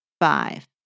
five